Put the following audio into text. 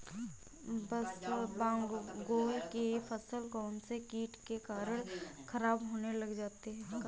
इसबगोल की फसल कौनसे कीट के कारण खराब होने लग जाती है?